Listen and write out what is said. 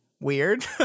weird